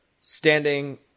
standing